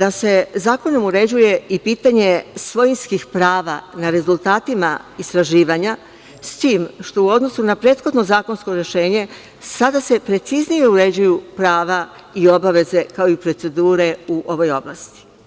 da se zakonom uređuje i pitanje svojinskih prava na rezultatima istraživanja, s tim što se u odnosu na prethodno zakonsko rešenje sada preciznije uređuju prava i obaveze kao i procedure u ovoj oblasti.